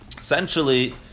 essentially